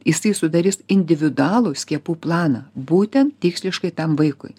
jisai sudarys individualų skiepų planą būtent tiksliškai tam vaikui